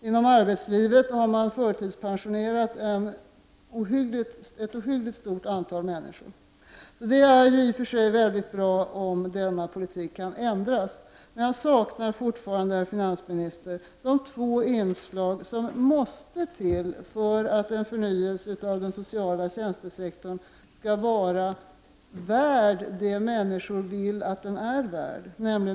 Inom arbetslivet har man förtidspensionerat ett ohyggligt stort antal människor. : Det är i och för sig mycket bra om denna politik kan ändras, men jag saknar fortfarande, herr finansminister, de två inslag som måste till för att en förnyelse av den sociala tjänstesektorn skall vara värd det som människor vill att den skall vara värd.